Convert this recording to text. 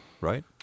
right